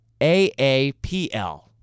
AAPL